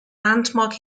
landmark